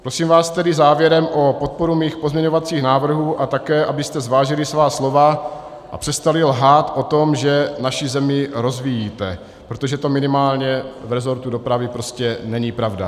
Prosím vás tedy závěrem o podporu mých pozměňovacích návrhů a také, abyste zvážili svá slova a přestali lhát o tom, že naši zemi rozvíjíte, protože to minimálně v resortu dopravy prostě není pravda.